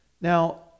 Now